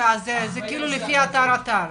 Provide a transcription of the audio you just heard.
וזה לפי כל אתר ואתר.